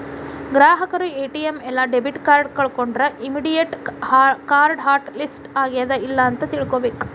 ಗ್ರಾಹಕರು ಎ.ಟಿ.ಎಂ ಇಲ್ಲಾ debit card ಕಳ್ಕೊಂಡ್ರ ಇಮ್ಮಿಡಿಯೇಟ್ ಕಾರ್ಡ್ ಹಾಟ್ ಲಿಸ್ಟ್ ಆಗ್ಯಾದ ಇಲ್ಲ ಅಂತ ತಿಳ್ಕೊಬೇಕ್